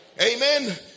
Amen